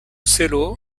selo